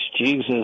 Jesus